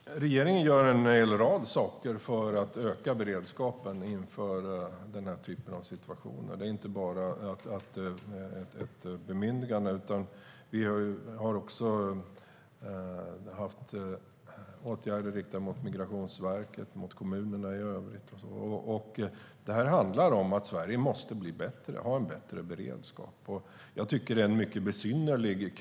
Fru talman! Regeringen gör en rad saker för att öka beredskapen inför denna typ av situationer. Det handlar inte bara om ett bemyndigande; vi har också vidtagit åtgärder riktade till Migrationsverket och kommunerna. Det handlar om att Sverige måste ha en bättre beredskap.